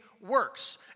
works